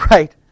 Right